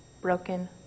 broken